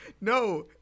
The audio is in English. No